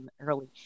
early